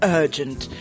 urgent